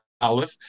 Aleph